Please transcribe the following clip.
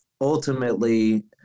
ultimately